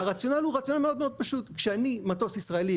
הרציונל מאוד פשוט כשאני מטוס ישראלי,